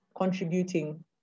contributing